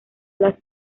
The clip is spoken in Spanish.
las